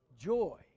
joy